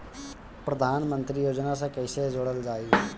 प्रधानमंत्री योजना से कैसे जुड़ल जाइ?